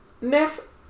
Miss